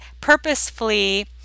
purposefully